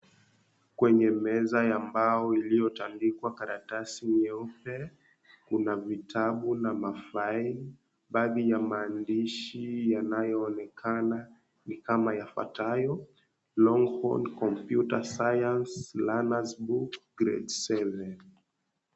Kwenye meza ya mbao iliyotandikwa karatasi nyeupe, kuna vitabu na mafile . Baadhi ya maandishi yanayoonekana ni kama yafuatayo, "Longhorn Computer Science Learners Book Grade Seven."